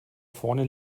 vorne